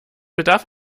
bedarf